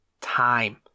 time